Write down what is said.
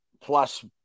plus